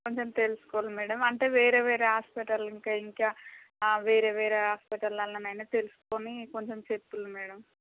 కొంచెం తెల్సుకోవాల మేడమ్ అంటే వేరే వేరే హాస్పటల్ ఇంకా ఇంకా వేరే వేరే హాస్పటల్ల వాళ్ళ నైనా తెలుసుకుని కొంచం చెప్పుర్రి మేడమ్